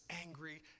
angry